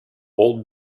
all